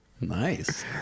nice